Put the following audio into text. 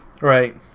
Right